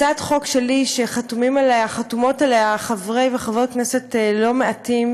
הצעת חוק שלי שחתומים עליה וחתומות עליה חברי וחברות כנסת לא מעטים,